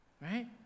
right